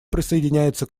присоединяется